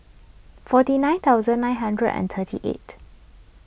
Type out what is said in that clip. forty nine thousand nine hundred and thirty eight